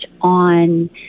on